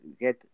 get